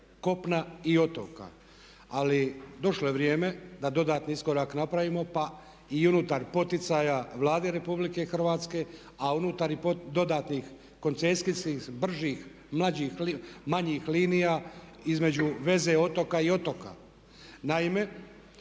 kopna i otoka. Ali došlo je vrijeme da dodatni iskorak napravimo pa i unutar poticaja Vlade RH a unutar i dodatnih koncesijskih bržih, mlađih, manjih linija između veze otoka i otoka.